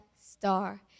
star